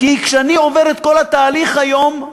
כי כשאני עובר את כל התהליך היום,